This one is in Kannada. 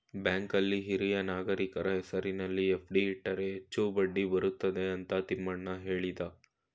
ಬ್ಯಾಂಕಲ್ಲಿ ಹಿರಿಯ ನಾಗರಿಕರ ಹೆಸರಿನಲ್ಲಿ ಎಫ್.ಡಿ ಇಟ್ಟರೆ ಹೆಚ್ಚು ಬಡ್ಡಿ ಬರುತ್ತದೆ ಅಂತ ತಿಮ್ಮಣ್ಣ ಹೇಳಿದ